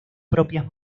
propias